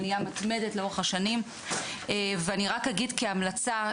עלייה מתמדת לאורך השנים ואני רק אגיד כהמלצה,